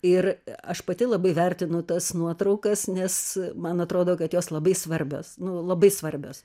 ir aš pati labai vertinu tas nuotraukas nes man atrodo kad jos labai svarbios nu labai svarbios